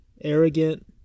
arrogant